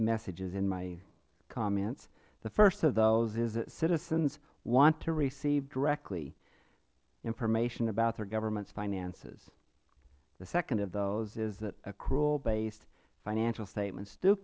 messages in my comments the first of those is that citizens want to receive directly information about their governments finances the second of those is that accrual based financial statements do